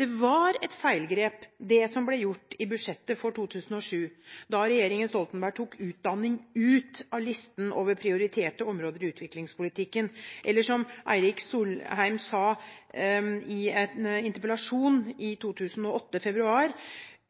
Det var et feilgrep som ble gjort i budsjettet for 2007, da regjeringen Stoltenberg tok utdanning ut av listen over prioriterte områder i utviklingspolitikken, eller som Erik Solheim sa i en interpellasjon i februar 2008: